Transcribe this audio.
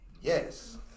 Yes